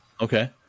Okay